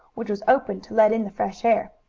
which was open to let in the fresh air.